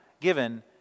given